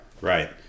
Right